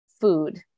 food